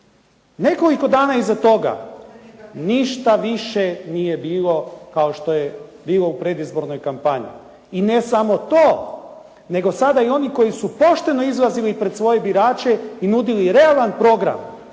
Nekoliko dana iza toga ništa više nije bilo kao što je bilo u predizbornoj kampanji. I ne samo to, nego sada i oni koji su pošteno izlazili pred svoje birače i nudili realan program,